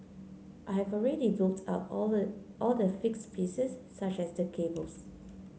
I have already built up all the all the fixed pieces such as the cables